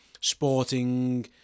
sporting